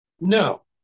No